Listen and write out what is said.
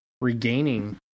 regaining